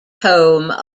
home